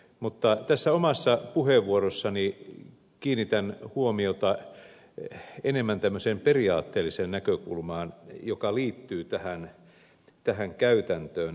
mutta tässä omassa puheenvuorossani kiinnitän huomiota enemmän tämmöiseen periaatteelliseen näkökulmaan joka liittyy tähän käytäntöön